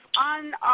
on